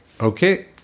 okay